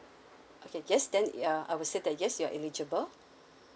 okay yes then ya I would say that yes you're eligible